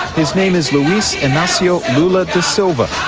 his name is luiz inacio lula da silva,